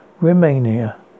Romania